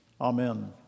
amen